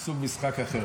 עשו לו משחק אחר.